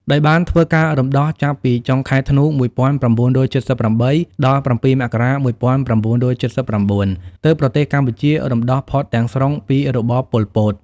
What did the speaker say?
ដោយបានធ្វើការរំដោះចាប់ពីចុងខែ ធ្នូ ១៩៧៨ ដល់ ៧ មករា ១៩៧៩ ទើបប្រទេសកម្ពុជារំដោះផុតទាំងស្រុងពីរបប ប៉ុល ពត ។